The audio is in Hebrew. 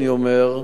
אני אומר,